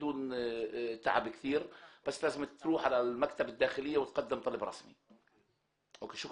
שהנדון פנה אליהם והוא הוכר כזכאי צד"ל, הוא ישר